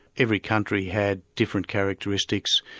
every country had different characteristics,